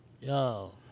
Yo